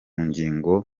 ngingo